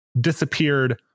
disappeared